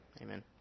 amen